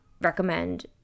recommend